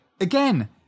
Again